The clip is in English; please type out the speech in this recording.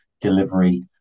delivery